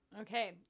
Okay